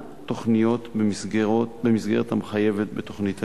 תוכניות במסגרת המחייבת בתוכנית הלימודים.